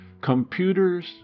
Computers